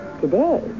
Today